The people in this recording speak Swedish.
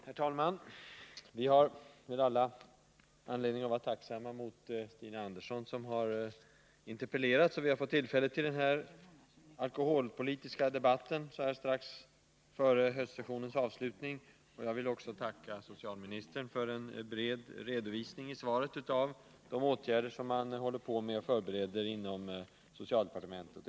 Herr talman! Vi har anledning att vara tacksamma mot Stina Andersson som har interpellerat, så att vi har fått tillfälle till den här alkoholpolitiska debatten strax innan riksmötet avslutas för denna höst. Jag vill också tacka socialministern för en bred redovisning i svaret av de åtgärder som man förbereder inom socialdepartementet.